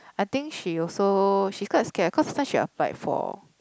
I think she also she's quite scared cause that time she applied for